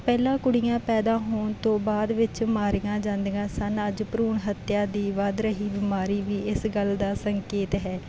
ਪਹਿਲਾਂ ਕੁੜੀਆਂ ਪੈਦਾ ਹੋਣ ਤੋਂ ਬਾਅਦ ਵਿੱਚ ਮਾਰੀਆਂ ਜਾਂਦੀਆਂ ਸਨ ਅੱਜ ਭਰੂਣ ਹੱਤਿਆ ਦੀ ਵੱਧ ਰਹੀ ਬਿਮਾਰੀ ਵੀ ਇਸ ਗੱਲ ਦਾ ਸੰਕੇਤ ਹੈ